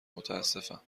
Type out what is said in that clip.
متاسفم